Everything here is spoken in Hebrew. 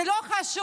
זה לא חשוב.